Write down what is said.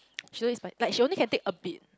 she don't eat spi~ like she only can take a bit